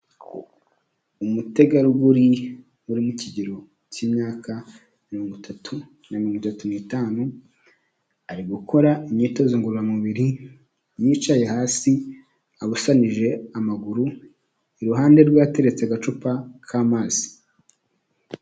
Umutegarugori uri mu kigero cy'imyaka mirongo itatu na mirongo itatu n'itanu, ari gukora imyitozo ngororamubiri yicaye hasi abusanije amaguru, iruhande rwe hateretse agacupa k'amazi.